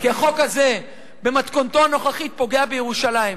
כי החוק הזה במתכונתו הנוכחית פוגע בירושלים.